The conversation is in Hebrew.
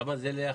כמה זה ליחיד?